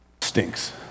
stinks